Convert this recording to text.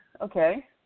Okay